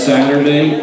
Saturday